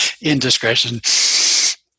Indiscretion